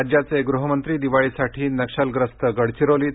राज्याचे गृहमंत्री दिवाळीसाठी नक्षलग्रस्त गडचिरोलीत